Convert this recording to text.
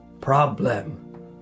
problem